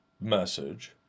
message